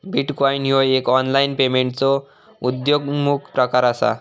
bitcoin ह्यो एक online पेमेंटचो उद्योन्मुख प्रकार असा